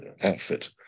outfit